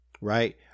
right